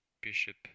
Bishop